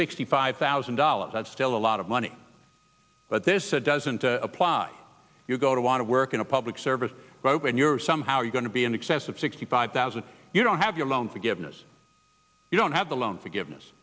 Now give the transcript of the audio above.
sixty five thousand dollars that's still a lot of money but this doesn't apply you go to want to work in a public service but when you're somehow you going to be in excess of sixty five thousand you don't have your loan forgiveness you don't have the loan forgiveness